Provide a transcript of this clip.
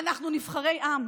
אנחנו נבחרי עם.